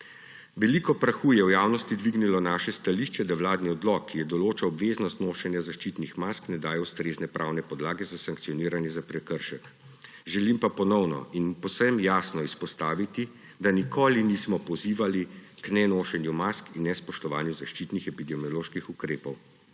Veliko prahu je v javnosti dvignilo naše stališče, da vladni odlok, ki je določal obveznost nošenja zaščitnih mask, ne daje ustrezne pravne podlage za sankcioniranje za prekršek, želim pa ponovno in povsem jasno izpostaviti, da nikoli nismo pozivali k nenošenju mask in nespoštovanju zaščitnih epidemioloških ukrepov.